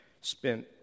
spent